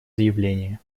заявление